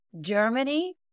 germany